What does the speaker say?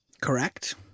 Correct